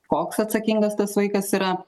koks atsakingas tas vaikas yra